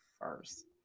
first